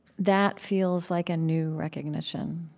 that feels like a new recognition